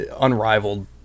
unrivaled